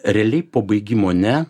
realiai po baigimo ne